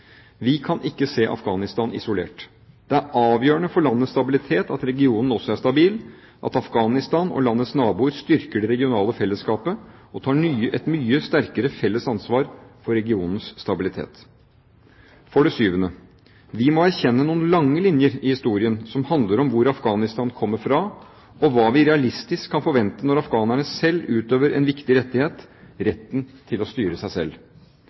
Vi kan ikke se Afghanistan isolert. Det er avgjørende for landets stabilitet at regionen også er stabil, at Afghanistan og landets naboer styrker det regionale fellesskapet og tar et mye sterkere felles ansvar for regionens stabilitet. For det syvende: Vi må erkjenne noen lange linjer i historien som handler om hvor Afghanistan kommer fra, og hva vi realistisk kan forvente når afghanerne selv utøver en viktig rettighet – retten til å styre seg selv.